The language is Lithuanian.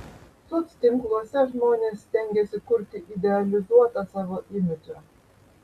soctinkluose žmonės stengiasi kurti idealizuotą savo imidžą